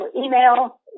email